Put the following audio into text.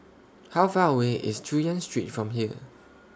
How Far away IS Chu Yen Street from here